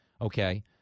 Okay